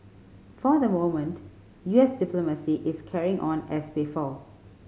for the moment U S diplomacy is carrying on as before